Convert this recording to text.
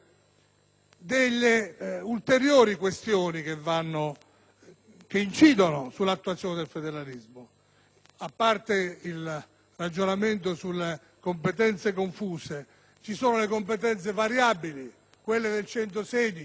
delle ulteriori questioni che incidono sull'attuazione del federalismo: a parte il ragionamento sulle competenze confuse, ci sono le competenze variabili, quelle